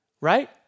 right